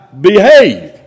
behave